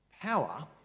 Power